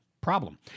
Problem